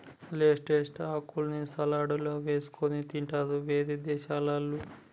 lettuce ఆకుల్ని సలాడ్లల్ల వేసుకొని తింటారట వేరే దేశాలల్ల